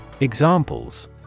Examples